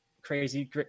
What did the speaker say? crazy